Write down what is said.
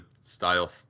style